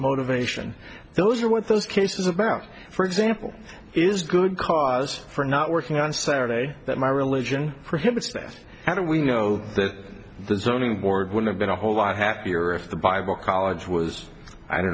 motivation those are what those cases about for example is good cause for not working on saturday that my religion prohibits faith how do we know that the zoning board would have been a whole lot happier if the bible college was i don't